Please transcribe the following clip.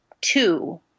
two